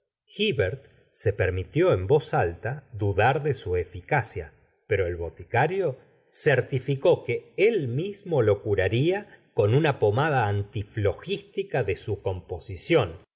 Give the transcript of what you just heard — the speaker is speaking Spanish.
hivert se permitió en voz alta dudar de su eficacia pero el boticario certificó que él mismo lo curaría con una pomada antiftoglstica de su composición